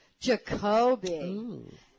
Jacoby